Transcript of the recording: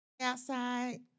Outside